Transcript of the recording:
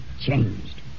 changed